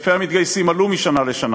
היקפי המתגייסים עלו משנה לשנה